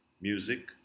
music